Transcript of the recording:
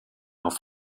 auf